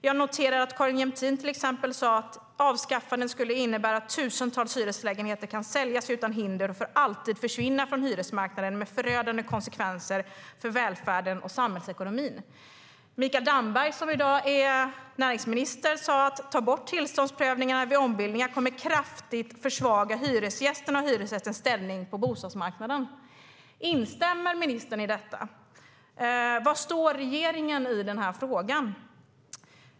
Jag noterar att Carin Jämtin till exempel sade att avskaffandet skulle innebära att tusentals hyreslägenheter kunde säljas utan hinder och för alltid försvinna från hyresmarknaden, med förödande konsekvenser för välfärden och samhällsekonomin. Mikael Damberg, som i dag är näringsminister, sade att om man tar bort tillståndsprövningen vid ombildningar kommer det att kraftigt försvaga hyresgästerna och hyresgästens ställning på bostadsmarknaden. Instämmer ministern i detta? Var står regeringen i den här frågan?